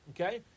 Okay